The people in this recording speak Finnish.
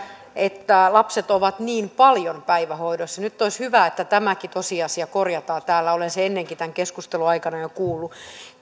että lapset ovat niin paljon päivähoidossa nyt olisi hyvä että tämäkin tosiasia korjataan täällä olen sen ennenkin tämän keskustelun aikana jo kuullut